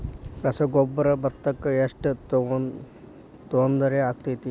ರಸಗೊಬ್ಬರ, ಭತ್ತಕ್ಕ ಎಷ್ಟ ತೊಂದರೆ ಆಕ್ಕೆತಿ?